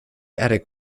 attic